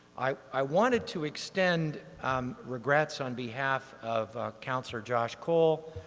i wanted to extend regrets on behalf of councillor josh cole,